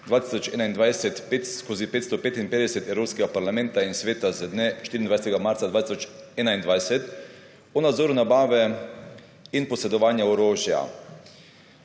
2021/555 Evropskega parlamenta in Sveta z dne 24. marca 2021 o nadzoru nabave in posedovanja orožja.